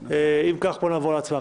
אם כך, בואו נעבור להצבעה.